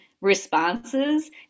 responses